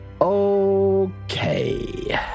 Okay